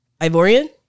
Ivorian